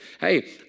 Hey